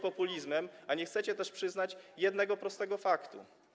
populizmem, a nie chcecie przyznać jednego, prostego faktu.